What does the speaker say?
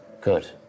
Good